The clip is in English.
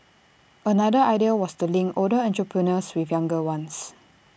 another idea was to link older entrepreneurs with younger ones